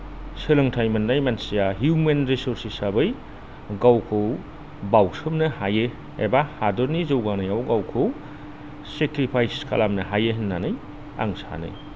सोलोंथाइ मोन्नाय मानसिया हिउमेन रिस'र्स हिसाबै गावखौ बावसोमनो हायो एबा हादरनि जौगानायाव गावखौ सेक्रिफाइस खालामनो हायो होन्नानै आं सानो